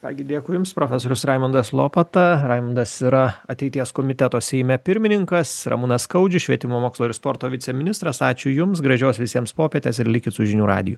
ką gi dėkui jums profesorius raimundas lopata raimundas yra ateities komiteto seime pirmininkas ramūnas skaudžius švietimo mokslo ir sporto viceministras ačiū jums gražios visiems popietės ir likit su žinių radiju